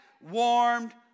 warmed